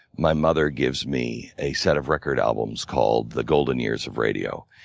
my mother gives me a set of record albums called the golden years of radio.